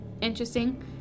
interesting